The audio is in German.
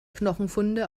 knochenfunde